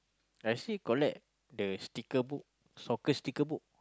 I still collect the sticker book soccer sticker book